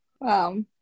Wow